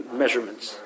measurements